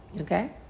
Okay